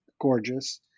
gorgeous